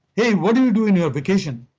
hey what did you do on your vacation?